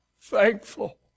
thankful